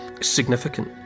significant